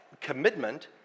commitment